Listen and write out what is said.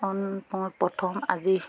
মই প্ৰথম আজি